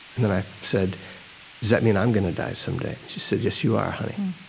and then i said, does that mean i'm going to die someday? and she said, yes, you are, honey.